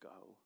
go